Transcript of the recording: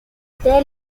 their